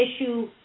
issue